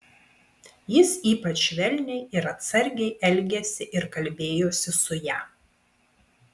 jis ypač švelniai ir atsargiai elgėsi ir kalbėjosi su ja